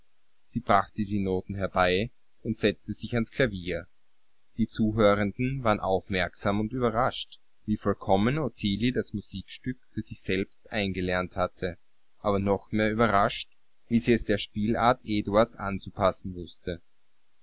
sie brachte die noten herbei und setzte sich ans klavier die zuhörenden waren aufmerksam und überrascht wie vollkommen ottilie das musikstück für sich selbst eingelernt hatte aber noch mehr überrascht wie sie es der spielart eduards anzupassen wußte